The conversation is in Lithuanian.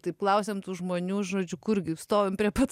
taip klausėm tų žmonių žodžiu kurgi stovim prie pat